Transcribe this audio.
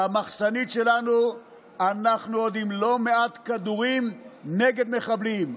במחסנית שלנו אנחנו עם עוד לא מעט כדורים נגד מחבלים,